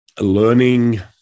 Learning